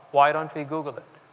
why don't we google it?